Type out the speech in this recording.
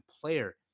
player